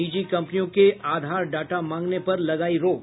निजी कम्पनियों के आधार डाटा मांगने पर लगाई रोक